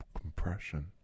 compression